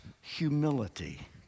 humility